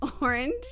orange